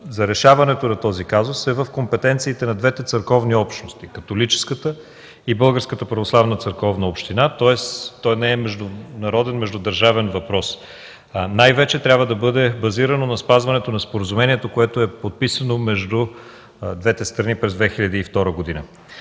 за решаването на казуса е в компетенциите на двете църковни общности – католическата и Българската православна църковна община, тоест той не е международен, междудържавен въпрос. Най-вече трябва да бъде базирано на спазването на споразумението, което е подписано между двете страни през 2002 г.